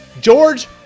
George